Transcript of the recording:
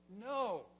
no